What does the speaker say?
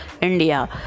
India